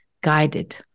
guided